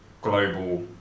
global